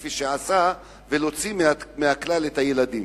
הספציפי שעשה, ולהוציא מן הכלל את הילדים.